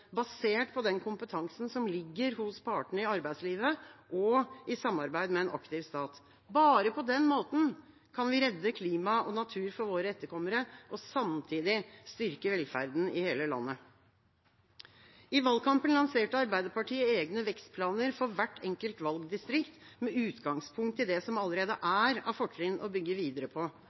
basert på den kompetansen som ligger hos partene i arbeidslivet, og i samarbeid med en aktiv stat. Bare på den måten kan vi redde klima og natur for våre etterkommere og samtidig styrke velferden i hele landet. I valgkampen lanserte Arbeiderpartiet egne vekstplaner for hvert enkelt valgdistrikt, med utgangspunkt i det som allerede er av fortrinn å bygge videre på.